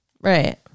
right